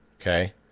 Okay